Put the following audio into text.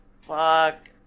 Fuck